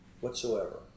whatsoever